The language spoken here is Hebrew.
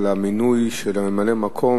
על המינוי של ממלא-המקום,